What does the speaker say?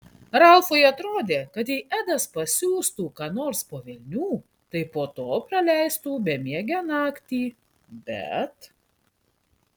ralfui atrodė kad jei edas pasiųstų ką nors po velnių tai po to praleistų bemiegę naktį bet